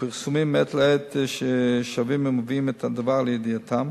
ופרסומים מעת לעת שבים ומביאים את הדבר לידיעתם,